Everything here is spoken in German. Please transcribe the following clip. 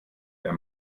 der